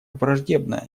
враждебно